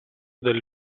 del